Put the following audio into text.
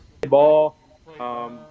ball